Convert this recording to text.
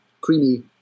creamy